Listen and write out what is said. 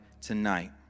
tonight